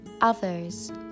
others